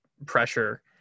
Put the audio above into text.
pressure